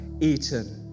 eaten